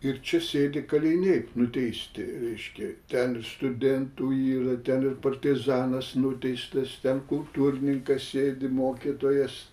ir čia sėdi kaliniai nuteisti reiškia ten ir studentų yra ten ir partizanas nuteistas ten kultūrininkas sėdi mokytojas